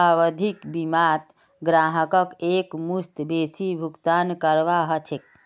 आवधिक बीमात ग्राहकक एकमुश्त बेसी भुगतान करवा ह छेक